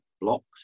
blocks